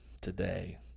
today